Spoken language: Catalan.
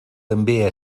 també